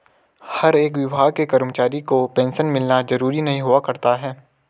हर एक विभाग के कर्मचारी को पेन्शन मिलना जरूरी नहीं हुआ करता है